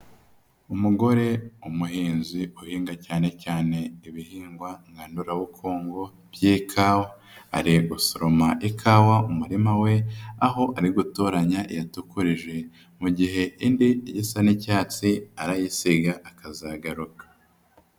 Umugore w'umuhinzi uhinga cyane cyane ibihingwa nkandurabukungu by'ikawa. Ari gusoroma ikawa mu murima we aho ari gutoranya iyatukurije, mu gihe imbi isa n'icyatsi arayisiga akazagaruka.